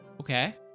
Okay